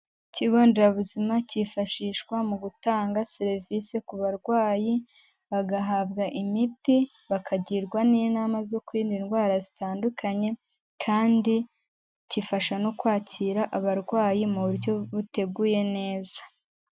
Ikigo nderabuzima cyifashishwa mu gutanga serivisi ku barwayi, bagahabwa imiti, bakagirwa n'inama zo kwirinda indwara zitandukanye kandi gifasha no kwakira abarwayi mu buryo buteguye neza.